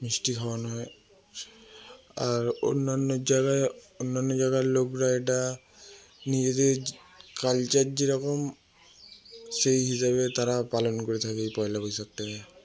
মিষ্টি খাওয়ানো হয় আর অন্যান্য জায়গায় অন্যান্য জায়গার লোকরা এটা নিজেদের কালচার যেরকম সেই হিসাবে তারা পালন করে থাকে এই পয়লা বৈশাখটাকে